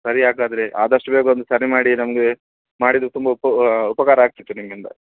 ಸರಿ ಹಾಗಾದ್ರೆ ಆದಷ್ಟು ಬೇಗ ಒಂದು ಸರಿ ಮಾಡಿ ನಮಗೆ ಮಾಡಿದ್ರೆ ತುಂಬ ಉಪ್ ಉಪಕಾರ ಆಗ್ತಿತ್ತು ನಿಮ್ಮಿಂದ